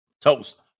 Toast